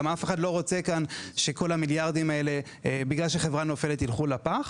גם אף אחד לא רוצה שבגלל שחברה נופלת כל המיליארדים האלה ילכו לפח.